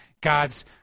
God's